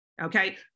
Okay